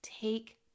take